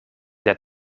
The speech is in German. der